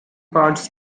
parts